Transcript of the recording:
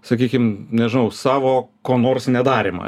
sakykim nežinau savo ko nors nedarymą